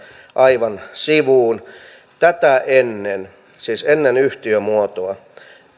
aivan sivuun tätä ennen siis ennen yhtiömuotoa